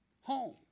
home